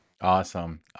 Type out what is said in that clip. awesome